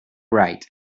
right